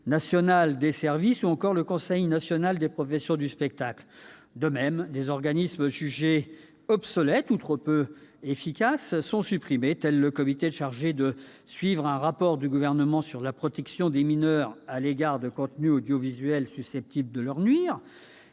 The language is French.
nationale des services ou encore le Conseil national des professions du spectacle. De même, des organismes jugés obsolètes ou trop peu efficaces sont supprimés, tels que le comité chargé de suivre un rapport du Gouvernement sur la protection des mineurs à l'égard de contenus audiovisuels susceptibles de leur nuire